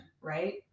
right